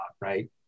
right